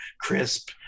crisp